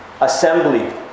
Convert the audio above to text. assembly